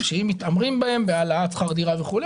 שאם מתעמרים בהם בהעלאת שכר דירה וכולי,